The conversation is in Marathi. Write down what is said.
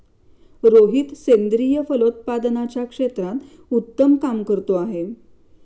रोहित सेंद्रिय फलोत्पादनाच्या क्षेत्रात उत्तम काम करतो आहे